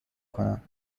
کنم